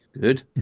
Good